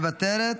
מוותרת,